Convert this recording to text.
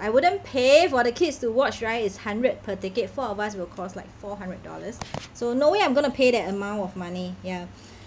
I wouldn't pay for the kids to watch right it's hundred per ticket four of us will cost like four hundred dollars so no way I'm gonna pay that amount of money ya